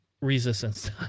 resistance